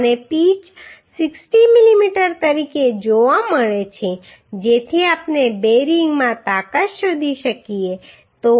53 અને pitch 60 mm તરીકે જોવા મળે છે જેથી આપણે બેરિંગમાં તાકાત શોધી શકીએ